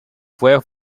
fue